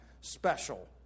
special